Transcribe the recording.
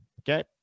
Okay